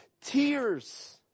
tears